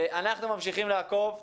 אנחנו ממשיכים לעקוב.